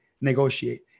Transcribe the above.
negotiate